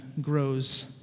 grows